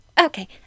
okay